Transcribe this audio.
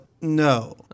No